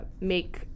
make